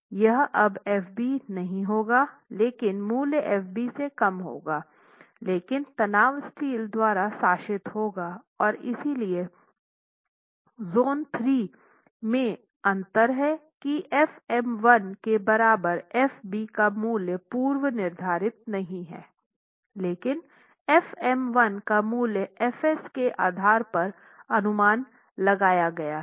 यह अब Fb नहीं होगा लेकिन मूल्य Fb से कम होगा लेकिन तनाव स्टील द्वारा शासित होगा और इसलिए जोन 3 में अंतर हैं की f m1 के बराबर Fb का मूल्य पूर्व निर्धारित नहीं है लेकिन f m1 का मूल्य Fs के आधार पर अनुमान लगाया गया है